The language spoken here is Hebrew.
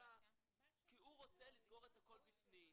הוא רוצה לסגור את הכל בפנים.